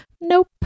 Nope